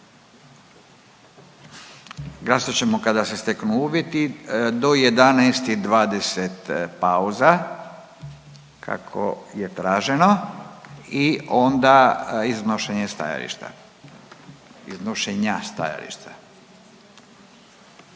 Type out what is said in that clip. Glasat ćemo kada se steknu uvjeti. Do 11 i 20 pauza, kako je traženo i onda iznošenje stajališta.